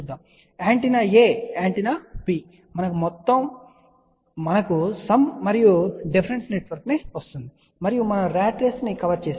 కాబట్టి antenna A antenna B మనకు మొత్తం మరియు వ్యత్యాస నెట్వర్క్ ఉంది మరియు మనము ర్యాట్ రేసును కవర్ చేసాము